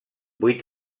vuit